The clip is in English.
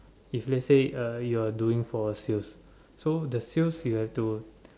if let's say uh you are doing for sales so the sales you have to